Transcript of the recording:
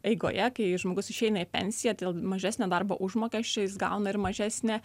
eigoje kai žmogus išeina į pensiją dėl mažesnio darbo užmokesčio jis gauna ir mažesnę